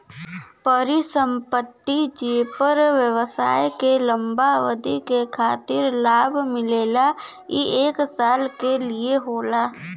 परिसंपत्ति जेपर व्यवसाय के लंबा अवधि के खातिर लाभ मिलला ई एक साल के लिये होला